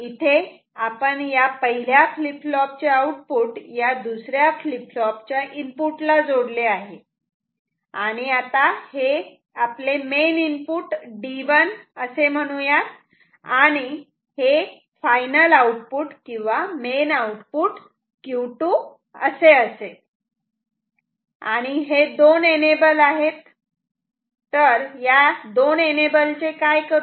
इथे आपण या पहिल्या फ्लीप फ्लॉप चे आउटपुट या दुसऱ्या फ्लीप फ्लॉप च्या इनपुटला जोडले आणि हे आता आपले मेन इनपुट D1 असे म्हणू यात आणि हे फायनल आउटपुट किंवा मेन आउटपुट Q2 असे असेल आणि हे दोन एनेबल आहेत तर या एनेबल चे काय करूयात